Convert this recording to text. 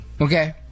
Okay